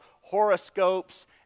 horoscopes